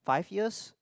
five years